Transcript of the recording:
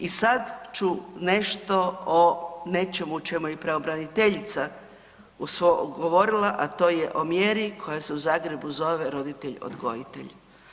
I sad ću nešto o nečemu o čemu je i pravobraniteljica u svom govorila, a to je o mjeri koja se u Zagrebu zove roditelj odgojitelj.